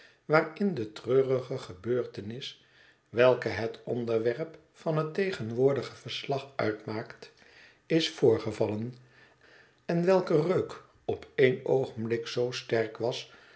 waarin de treurige gebeurtenis welke het onderwerp van het tegenwoordige verslag uitmaakt is voorgevallen en welke reuk op één oogenblik zoo sterk was